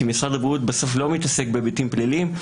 כי משרד הבריאות בסוף לא מתעסק בהיבטים פליליים,